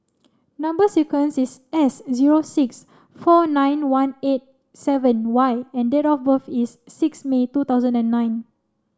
number sequence is S zero six four nine one eight seven Y and date of birth is six May two thousand and nine